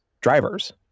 drivers